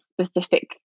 specific